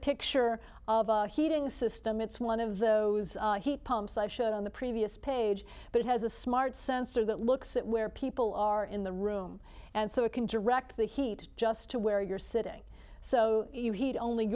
picture of a heating system it's one of those heat pumps i showed on the previous page but it has a smart sensor that looks at where people are in the room and so it can direct the heat just to where you're sitting so you heat only